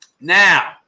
now